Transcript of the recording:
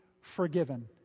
forgiven